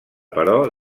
però